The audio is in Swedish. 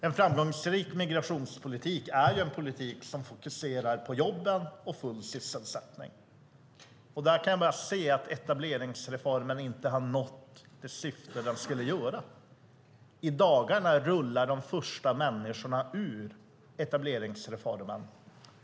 En framgångsrik migrationspolitik är en politik som fokuserar på jobben och full sysselsättning. Där kan jag se att etableringsreformen inte har nått det syfte den skulle göra. I dagarna rullar de första människorna ur etableringsreformen.